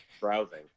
browsing